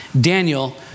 Daniel